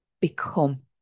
become